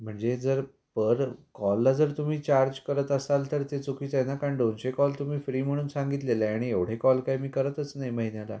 म्हणजे जर पर कॉलला जर तुम्ही चार्ज करत असाल तर ते चुकीचं आहे ना कारण दोनशे कॉल तुम्ही फ्री म्हणून सांगितलेलं आहे आणि एवढे कॉल काय मी करतच नाही महिन्याला